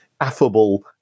affable